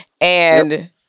And-